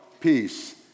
peace